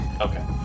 Okay